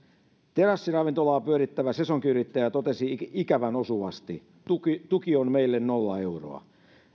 terassiravintolaa pyörittävä sesonkiyrittäjä totesi ikävän osuvasti tuki tuki on meille nolla euroa